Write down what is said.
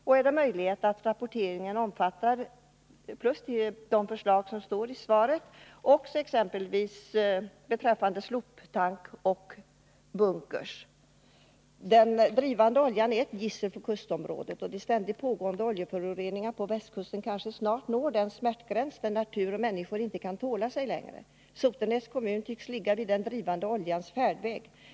Är det vidare möjligt att låta rapporteringen omfatta, förutom de förslag som framförts i svaret, även rapportering i fråga om sloptankrar och bunkrar? Den drivande oljan är ett gissel för kustområdena. De ständigt pågående oljeföroreningarna på västkusten kanske snart når den smärtgräns där natur och människor inte orkar med längre. Sotenäs kommun tycks ligga vid den drivande oljans färdväg.